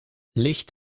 licht